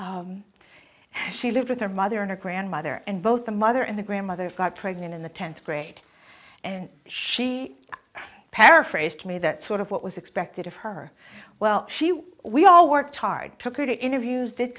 students she lived with her mother and her grandmother and both the mother and the grandmother got pregnant in the tenth grade and she paraphrased to me that sort of what was expected of her well she was we all worked hard to get interviews did